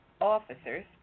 officers